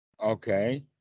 Okay